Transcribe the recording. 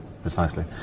precisely